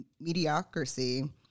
mediocrity